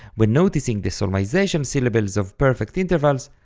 when noticing the solmization syllables of perfect intervals,